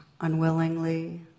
unwillingly